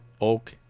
oak